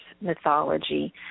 mythology